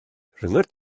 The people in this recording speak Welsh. rhyngot